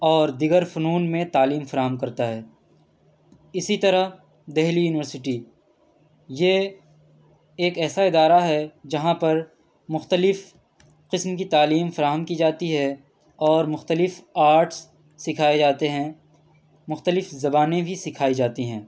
اور دیگر فنون میں تعلیم فراہم کرتا ہے اسی طرح دہلی یونیورسٹی یہ ایک ایسا ادارہ ہے جہاں پر مختلف قسم کی تعلیم فراہم کی جاتی ہے اور مختلف آرٹس سکھائے جاتے ہیں مختلف زبانیں بھی سکھائی جاتی ہیں